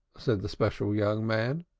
said the special young man.